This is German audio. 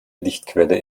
lichtquelle